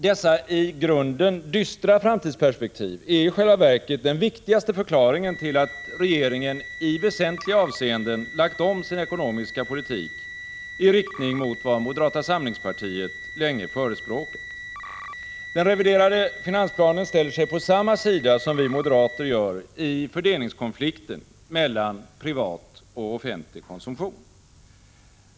Dessa i grunden dystra framtidsperspektiv är i själva verket den viktigaste förklaringen till att regeringen i väsentliga avseenden lagt om sin ekonomiska politik i riktning mot vad moderata samlingspartiet länge förespråkat. Den reviderade finansplanen ställer sig på samma sida som vi moderater gör i fördelningskonflikten mellan privat och offentlig konsumtion.